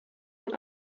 und